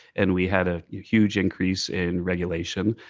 and we had a huge increase in regulation,